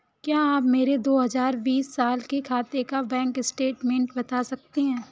क्या आप मेरे दो हजार बीस साल के खाते का बैंक स्टेटमेंट बता सकते हैं?